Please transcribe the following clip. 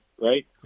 right